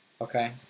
Okay